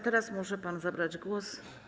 Teraz może pan zabrać głos.